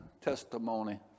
testimony